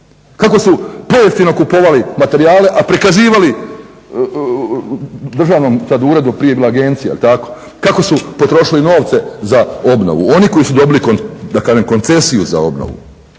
kako su pojeftino kupovali materijale, a prikazivali državnom sad uredu prije je bila agencija jel' tako kako su potrošili novce za obnovu. Oni koji su dobili da kažem koncesiju za obnovu.